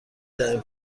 ترین